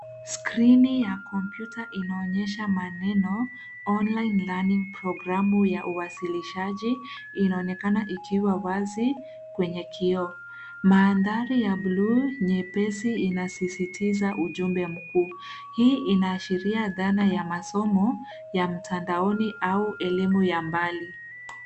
Screen ya kompyuta inaonyesha maneno "Online Learning", programu ya uwasilishaji, inaonekana ikiwa wazi kwenye kioo. Mandhari ya bluu nyepesi inasisitiza ujumbe mkuu. Hii inaashiria dhana ya masomo, ya mtandaoni au elimu ya mbali.